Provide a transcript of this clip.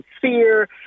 fear